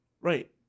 Right